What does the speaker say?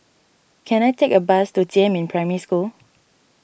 can I take a bus to Jiemin Primary School